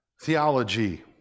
Theology